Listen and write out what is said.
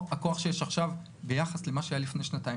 הכוח שיש עכשיו ביחס למה שהיה לפני שנתיים,